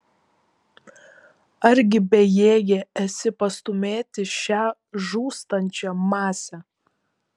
argi bejėgė esi pastūmėti šią žūstančią masę